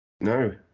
No